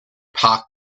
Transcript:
park